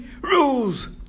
rules